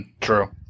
true